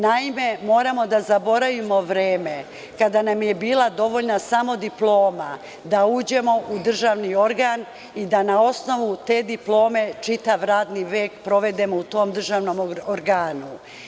Naime, moramo da zaboravimo vreme kada nam je bila dovoljna samo diploma da uđemo u državni organ i da na osnovu te diplome čitav radni vek provedemo u tom državnom organu.